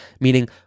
meaning